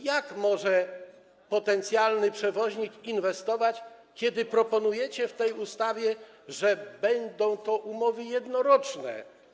Jak potencjalny przewoźnik może inwestować, kiedy proponujecie w tej ustawie, że będą to umowy jednoroczne?